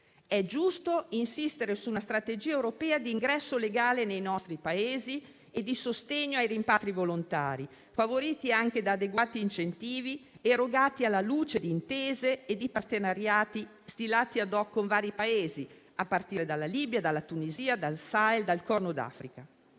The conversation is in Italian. È giusto insistere su una strategia europea di ingresso legale nei nostri Paesi e di sostegno ai rimpatri volontari, favoriti anche da adeguati incentivi, erogati alla luce di intese e di partenariati stilati *ad hoc* con vari Paesi, a partire dalla Libia e dalla Tunisia, dal Sahel e dal Corno d'Africa.